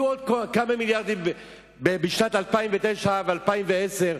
יהיו עוד כמה מיליארדים ב-2009 וב-2010,